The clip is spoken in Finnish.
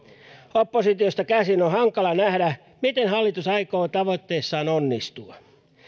oppositiosta käsin on hankala nähdä miten hallitus aikoo tavoitteissaan onnistua